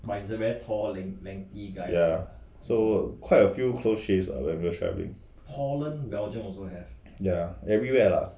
ya so quite a few close shaves ah when we were traveling ya everywhere lah